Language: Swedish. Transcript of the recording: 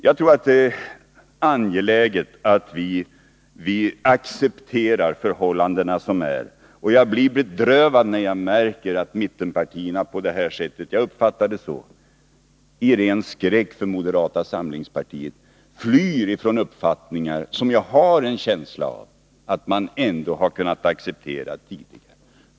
Jag tror att det är angeläget att man accepterar de förhållanden som råder, och jag blir bedrövad när jag märker att mittenpartierna på det här sättet — jag uppfattar det så — i ren skräck för moderata samlingspartiet flyr från uppfattningar som jag har en känsla av att man tidigare kunnat acceptera.